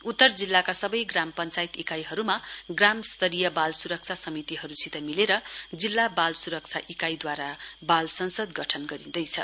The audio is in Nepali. उत्तर जिल्लाका सबै ग्राम पञ्चायत इकाइहरूमा ग्राम स्तरीय बाल सुरक्षा समितिहरूसित मिलेर जिल्ला बाल सुरक्षा इकाइद्वारा बाल संसद गठन गरिँदैछ